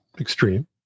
extreme